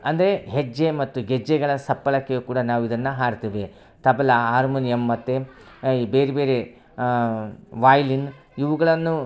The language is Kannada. ಅಂದರೆ ಹೆಜ್ಜೆ ಮತ್ತು ಗೆಜ್ಜೆಗಳ ಸಪ್ಪಳಕ್ಕೆ ಕೂಡ ನಾವು ಇದನ್ನು ಹಾಡ್ತೀವಿ ತಬಲ ಹಾರ್ಮೋನಿಯಮ್ ಮತ್ತು ಈ ಬೇರೆಬೇರೆ ವಾಯ್ಲಿನ್ ಇವುಗಳನ್ನು